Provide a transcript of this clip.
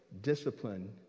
discipline